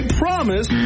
promise